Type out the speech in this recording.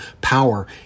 power